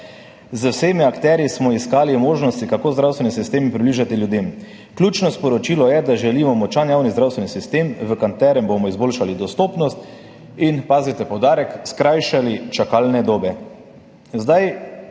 »Z vsemi akterji smo iskali možnosti, kako zdravstveni sistem približati ljudem. Ključno sporočilo je, da želimo močan javni zdravstveni sistem, v katerem bomo izboljšali dostopnost in,« pazite poudarek, »skrajšali čakalne dobe.« Zdaj